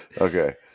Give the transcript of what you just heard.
Okay